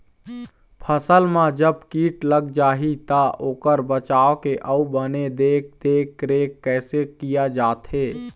फसल मा जब कीट लग जाही ता ओकर बचाव के अउ बने देख देख रेख कैसे किया जाथे?